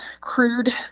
crude